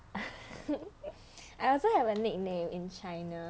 I also have a nickname in china